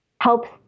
helps